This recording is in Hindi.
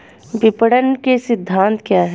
विपणन के सिद्धांत क्या हैं?